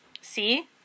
see